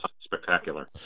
spectacular